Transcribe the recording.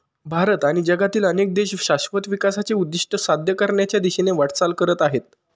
भारत आणि जगातील अनेक देश शाश्वत विकासाचे उद्दिष्ट साध्य करण्याच्या दिशेने वाटचाल करत आहेत